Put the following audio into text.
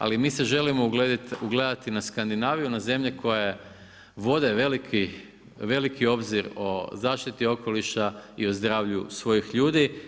Ali mi se želimo ugledati na Skandinaviju na zemlje koje vode veliki obzir o zaštiti okoliša i o zdravlju svojih ljudi.